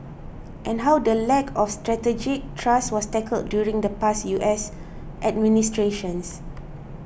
and how the lack of strategic trust was tackled during the past U S administrations